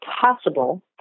possible